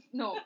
no